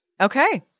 Okay